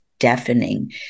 Deafening